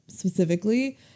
specifically